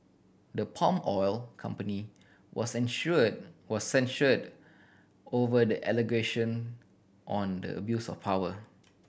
the palm oil company were censured was censured over the allegation on the abuse of power